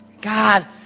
God